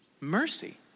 mercy